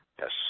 Yes